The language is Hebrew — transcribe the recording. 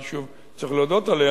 אני שוב צריך להודות עליה,